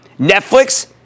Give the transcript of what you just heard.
Netflix